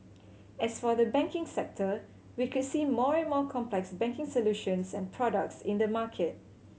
as for the banking sector we could see more and more complex banking solutions and products in the market